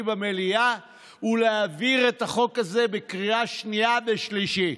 במליאה ולהעביר את החוק הזה בקריאה שנייה ושלישית,